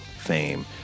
fame